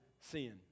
sin